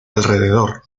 alrededor